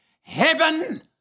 heaven